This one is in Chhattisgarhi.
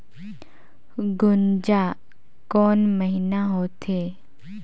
गुनजा कोन महीना होथे?